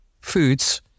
foods